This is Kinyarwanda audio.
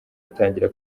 atangira